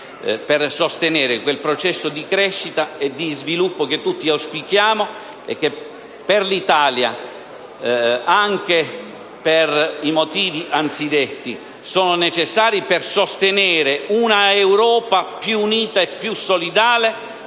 per sostenere quel processo di crescita e sviluppo che tutti auspichiamo e che per l'Italia, anche per i motivi anzidetti, sono necessari per sostenere un'Europa più unita e più solidale